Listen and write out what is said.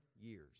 years